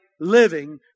living